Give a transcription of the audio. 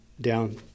down